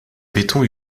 béton